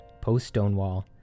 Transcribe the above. post-Stonewall